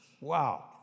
Wow